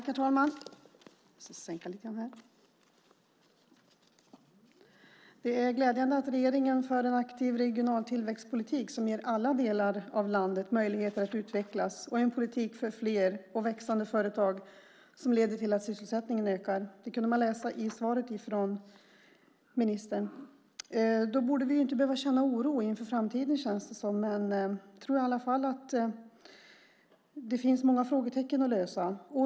Herr talman! Det är glädjande att regeringen för en aktiv regional tillväxtpolitik som ger alla delar av landet möjligheter att utvecklas och en politik för fler och växande företag som leder till att sysselsättningen ökar. Det kunde man läsa i svaret från ministern. Då borde vi inte känna oro inför framtiden, känns det som. Jag tror i alla fall att det finns många frågetecken att räta ut.